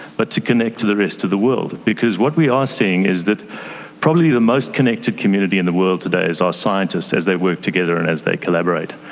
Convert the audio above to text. but to connect to the rest of the world. because what we are seeing is that probably the most connected community in the world today is our scientists as they work together and as they collaborate.